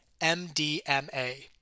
MDMA